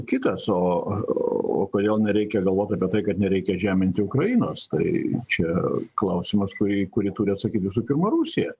kitas o o kodėl nereikia galvot apie tai kad nereikia žeminti ukrainos tai čia klausimas kurį kurį turi atsakyt visų pirma rusija